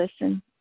listen